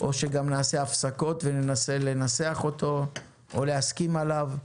או שנעשה הפסקות וננסה לנסח אותו או להסכים עליו.